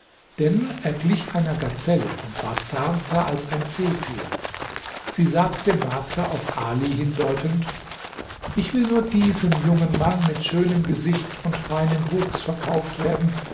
denn er glich einer gazelle und war zarter als ein zephyr sie sagte dem makler auf ali hindeutend ich will nur diesem jungen mann mit schönem gesicht und feinem wuchs verkauft werden